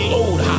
Lord